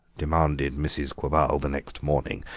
demanded mrs. quabarl the next morning,